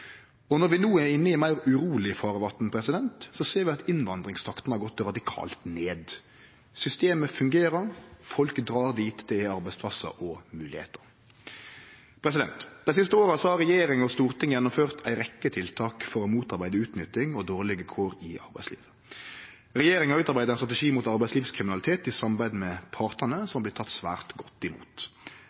Når vi no er inne i meir uroleg farvatn, ser vi at innvandringstakten har gått radikalt ned. Systemet fungerer, folk drar dit det er arbeidsplassar og moglegheiter. Dei siste åra har regjering og storting gjennomført ei rekkje tiltak for å motarbeide utnytting og dårlege kår i arbeidslivet. Regjeringa har utarbeidd ein strategi mot arbeidslivskriminalitet i samarbeid med partane, som er vorten teken svært godt imot.